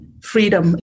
Freedom